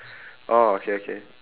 orh okay okay